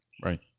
Right